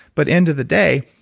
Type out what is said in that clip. but end of the day,